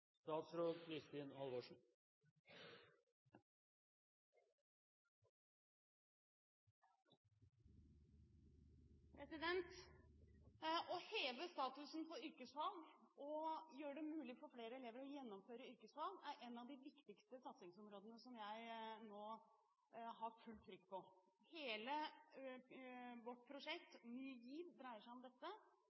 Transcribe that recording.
Å heve statusen for yrkesfag og gjøre det mulig for flere elever å gjennomføre yrkesfag er et av de viktigste satsingsområdene som jeg nå har fullt trykk på. Hele vårt prosjekt Ny GIV dreier seg om dette.